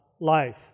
life